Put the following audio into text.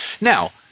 Now